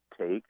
take